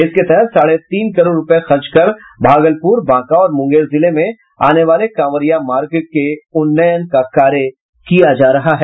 इसके तहत साढ़े तीन करोड़ रूपये खर्च कर भागलपुर बांका और मुंगेर जिले में आने वाले कांवरियां मार्ग के उन्नयन का कार्य किया जा रहा है